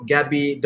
Gabby